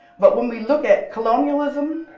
but when we look at colonialism,